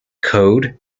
code